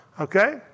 Okay